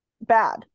Bad